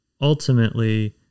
ultimately